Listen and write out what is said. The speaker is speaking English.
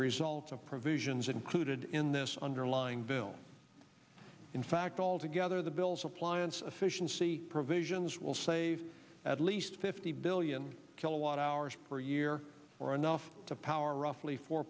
result of provisions included in this underlying bill in fact all together the bills appliance officials see provisions will save at least fifty billion kilowatt hours per year or enough to power roughly four